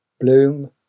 Bloom